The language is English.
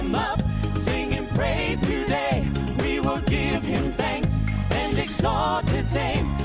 up singing and praise today we will give him thanks and exalt his name